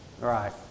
right